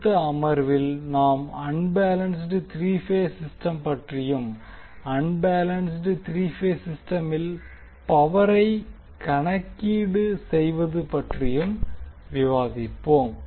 அடுத்த அமர்வில் நாம் அன்பேலன்ஸ்ட் த்ரீ பேஸ் சிஸ்டம் பற்றியும் அன்பேலன்ஸ்ட் த்ரீ பேஸ் சிஸ்டமில் பவரை கணக்கீடு செய்வது பற்றியும் விவாதிப்போம்